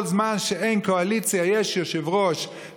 כל זמן שאין קואליציה יש יושב-ראש,